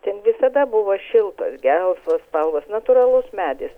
ten visada buvo šiltos gelsvos spalvos natūralus medis